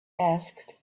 asked